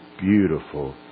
beautiful